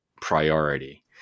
priority